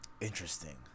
Interesting